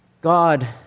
God